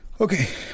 okay